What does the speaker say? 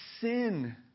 sin